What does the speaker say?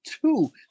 two